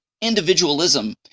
Individualism